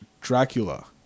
Dracula